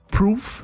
proof